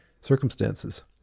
circumstances